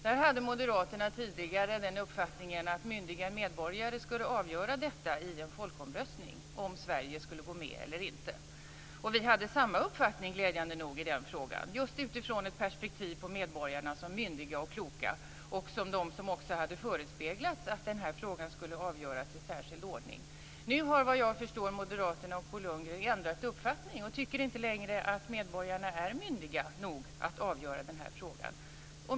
Där hade Moderaterna tidigare uppfattningen att myndiga medborgare skulle avgöra detta i en folkomröstning, om Sverige skulle gå med eller inte. Vi hade, glädjande nog, samma uppfattning i den frågan, just utifrån ett perspektiv på medborgarna som myndiga och kloka. De hade också förespeglats att den här frågan skulle avgöras i särskild ordning. Nu har Moderaterna och Bo Lundgren ändrat uppfattning, såvitt jag förstår, och tycker inte längre att medborgarna är myndiga nog att avgöra den frågan.